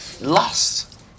Lost